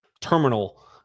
terminal